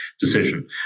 decision